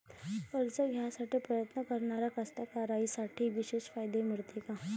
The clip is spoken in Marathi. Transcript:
कर्ज घ्यासाठी प्रयत्न करणाऱ्या कास्तकाराइसाठी विशेष फायदे मिळते का?